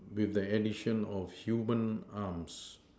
with the addition of human arms